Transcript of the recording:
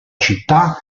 città